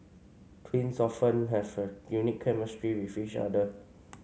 twins often have a unique chemistry with each other